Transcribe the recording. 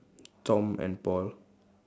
Tom and Paul